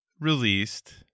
Released